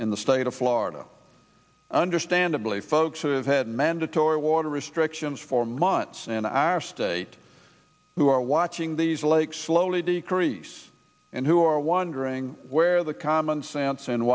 in the state of florida understandably folks who have had mandatory water restrictions for months in our state who are watching these lakes slowly decrease and who are wondering where the common sense in